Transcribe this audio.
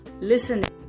listening